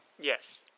Yes